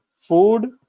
food